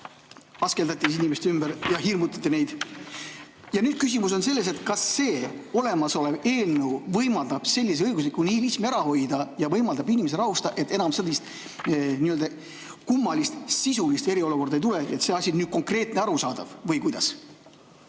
askeldasid inimeste ümber ja hirmutasid neid. Küsimus on selles, kas see olemasolev eelnõu võimaldab sellise õigusliku nihilismi ära hoida ja võimaldab inimesi rahustada, et enam sellist kummalist sisulist eriolukorda ei tule. Kas see asi on nüüd konkreetne ja arusaadav? Või kuidas?